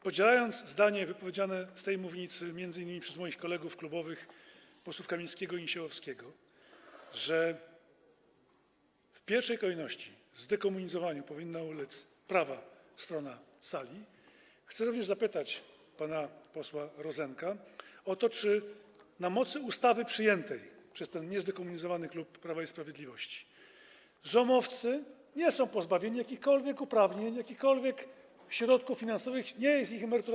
Podzielając zdanie wyrażone z tej mównicy m.in. przez moich kolegów klubowych, posłów Kamińskiego i Niesiołowskiego, że w pierwszej kolejności zdekomunizowaniu powinna ulec prawa strona sali, chcę również zapytać pana posła Rozenka o to, czy na mocy ustawy przyjętej przez niezdekomunizowany klub Prawa i Sprawiedliwości zomowcy nie są pozbawieni jakichkolwiek uprawnień, jakichkolwiek środków finansowych, czy nie jest zmniejszona ich emerytura.